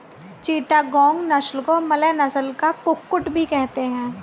चिटागोंग नस्ल को मलय नस्ल का कुक्कुट भी कहते हैं